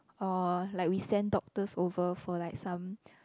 or like we stand doctors over for like some